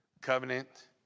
Covenant